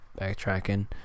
Backtracking